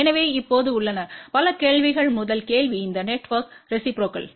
எனவே இப்போது உள்ளன பல கேள்விகள் முதல் கேள்வி இந்த நெட்ஒர்க் ரெசிப்ரோக்கல்